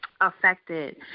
affected